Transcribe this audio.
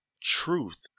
truth